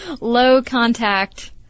low-contact